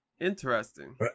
Interesting